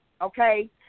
Okay